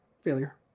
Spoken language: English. failure